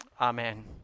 Amen